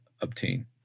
obtain